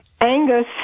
Angus